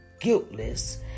guiltless